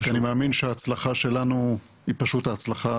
כי אני מאמין שההצלחה שלנו היא פשוט ההצלחה,